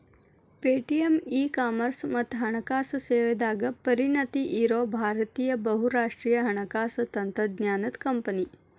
Paytm e commerce ಮತ್ತ ಹಣಕಾಸು ಸೇವೆದಾಗ ಪರಿಣತಿ ಇರೋ ಭಾರತೇಯ ಬಹುರಾಷ್ಟ್ರೇಯ ಹಣಕಾಸು ತಂತ್ರಜ್ಞಾನದ್ ಕಂಪನಿ